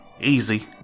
Easy